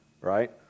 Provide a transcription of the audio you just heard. Right